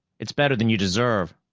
it's better than you deserve,